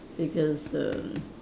because err